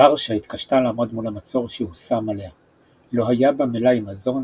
ורשה התקשתה לעמוד מול המצור שהושם עליה; לא היה בה מלאי מזון,